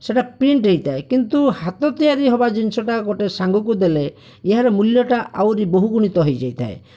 ସେଇଟା ପ୍ରିଣ୍ଟ ହୋଇଥାଏ କିନ୍ତୁ ହାତ ତିଆରି ହେବା ଜିନିଷଟା ଗୋଟିଏ ସାଙ୍ଗକୁ ଦେଲେ ଏହାର ମୂଲ୍ୟଟା ଆହୁରି ବହୁଗୁଣିତ ହୋଇଯାଇଥାଏ